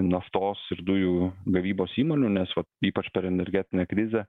naftos ir dujų gavybos įmonių nes vat ypač per energetinę krizę